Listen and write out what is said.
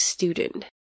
Student